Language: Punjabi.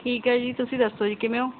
ਠੀਕ ਹੈ ਜੀ ਤੁਸੀਂ ਦੱਸੋ ਜੀ ਕਿਵੇਂ ਹੋ